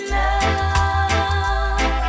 love